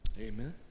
Amen